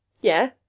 Yeah